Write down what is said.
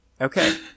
Okay